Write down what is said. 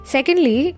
Secondly